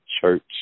church